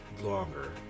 longer